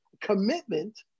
commitment